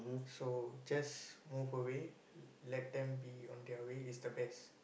so just move away let them be on their way is the best